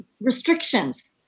restrictions